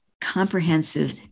Comprehensive